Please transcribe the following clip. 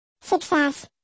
Success